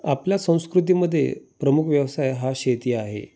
आपल्या संस्कृतीमध्ये प्रमुख व्यवसाय हा शेती आहे